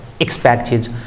Expected